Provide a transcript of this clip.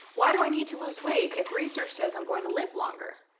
why do i need to lose weight if research says i'm going to live longer?